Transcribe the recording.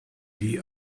die